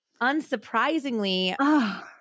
Unsurprisingly